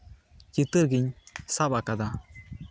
ᱪᱤᱛᱟᱹᱨ ᱜᱤᱧ ᱥᱟᱵ ᱟᱠᱟᱫᱟ